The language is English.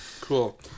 Cool